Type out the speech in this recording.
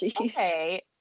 okay